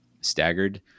staggered